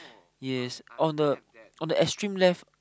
yes on the on the extreme left